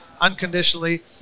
unconditionally